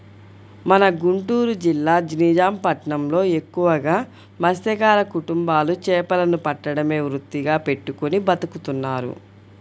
మన గుంటూరు జిల్లా నిజాం పట్నంలో ఎక్కువగా మత్స్యకార కుటుంబాలు చేపలను పట్టడమే వృత్తిగా పెట్టుకుని బతుకుతున్నారు